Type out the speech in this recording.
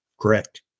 Correct